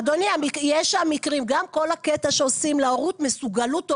גם כל הקטע שעושות לה מסוגלוּת הורית,